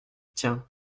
tiens